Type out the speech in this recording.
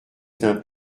tint